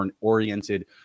oriented